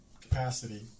capacity